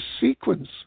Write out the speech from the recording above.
sequence